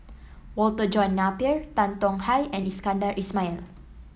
Walter John Napier Tan Tong Hye and Iskandar Ismail